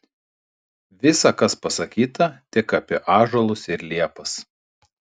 visa kas pasakyta tik apie ąžuolus ir liepas